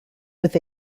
with